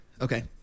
Okay